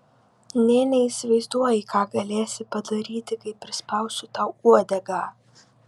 nė neįsivaizduoji ką galėsi padaryti kai prispausiu tau uodegą